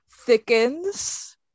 thickens